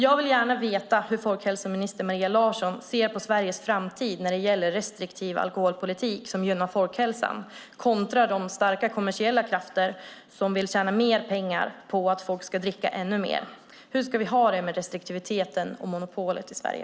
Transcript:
Jag vill gärna veta hur folkhälsominister Maria Larsson ser på Sveriges framtid när det gäller restriktiv alkoholpolitik som gynnar folkhälsan kontra de starka kommersiella krafter som vill tjäna mer pengar på att få folk att dricka ännu mer. Hur ska vi ha det med restriktiviteten och monopolet i Sverige?